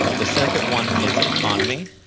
the second one is autonomy,